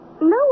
No